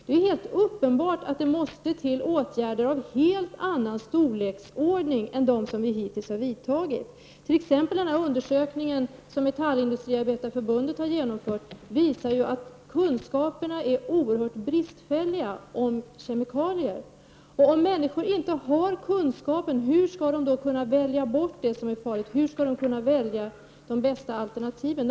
Det är helt uppenbart att åtgärder av en helt annan omfattning än hittills måste vidtas. Den undersökning som Metallindustriarbetareförbundet har genomfört visar exempelvis att kunskaperna om kemikalier är oerhört bristfälliga. Om människor inte har kunskap, hur skall de då kunna välja bort det som är farligt och ersätta det med de bästa alternativen?